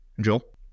Joel